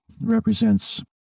represents